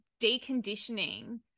deconditioning